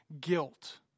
guilt